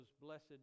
blessed